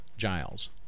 Giles